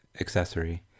accessory